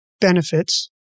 benefits